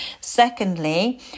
secondly